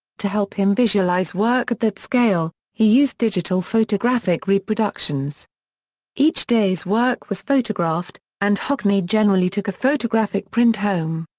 to help him visualize work at that scale, he used digital photographic reproductions each day's work was photographed, and hockney generally took a photographic print home.